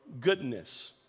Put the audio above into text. goodness